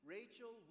Rachel